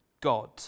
God